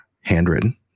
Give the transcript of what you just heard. handwritten